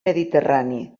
mediterrani